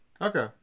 Okay